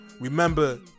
Remember